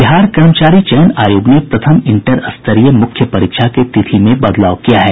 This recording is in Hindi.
बिहार कर्मचारी चयन आयोग ने प्रथम इंटर स्तरीय मुख्य परीक्षा की तिथि में बदलाव किया है